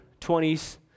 20s